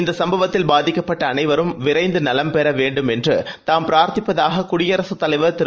இந்த சும்பவத்தில் பாதிக்கப்பட்ட அனைவரும் விரைந்து நவம் பெற வேண்டும் என்று தாம் பிரார்த்திப்பதாக குடியரசுத் தலைவர் திரு